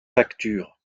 factures